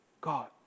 God